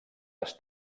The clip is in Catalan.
les